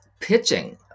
pitching